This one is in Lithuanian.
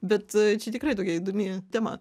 bet čia tikrai tokia įdomi tema